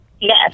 Yes